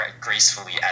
gracefully